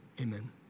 Amen